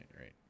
right